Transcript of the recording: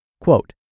Quote